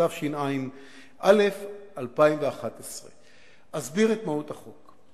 התשע"א 2011. אסביר את מהות החוק.